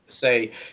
say